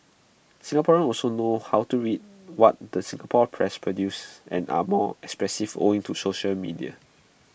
Singaporeans also know how to read what the Singapore press produces and are more expressive owing to social media